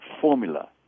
formula